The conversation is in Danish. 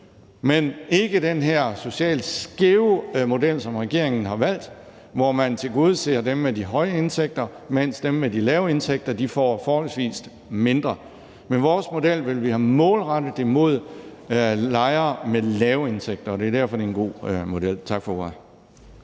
ikke have den her socialt skæve model, som regeringen har valgt, hvor man tilgodeser dem med de høje indtægter, mens dem med de lave indtægter får forholdsmæssigt mindre. Med vores model ville vi have målrettet det mod lejere med lave indtægter, og det er derfor, det er en god model. Tak for ordet.